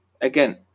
Again